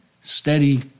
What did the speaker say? Steady